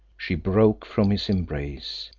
she broke from his embrace,